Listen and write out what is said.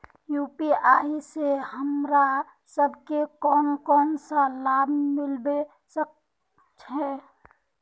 UPI से हमरा सब के कोन कोन सा लाभ मिलबे सके है?